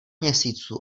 měsíců